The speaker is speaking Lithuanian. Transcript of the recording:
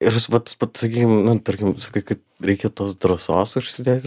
ir aš vat sakykim na tarkim tu sakai kad reikia tos drąsos užsidėti